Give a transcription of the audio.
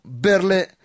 berle